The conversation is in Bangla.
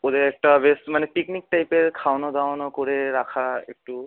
ওদের একটা বেশ মানে পিকনিক টাইপের খাওয়ানো দাওয়ানো করে রাখা একটু